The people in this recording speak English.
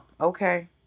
okay